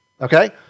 okay